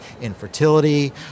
infertility